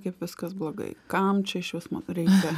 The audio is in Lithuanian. kaip viskas blogai kam čia išvis man to reikia